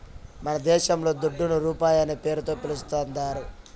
మనదేశంల దుడ్డును రూపాయనే పేరుతో పిలుస్తాందారు